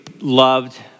loved